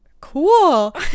cool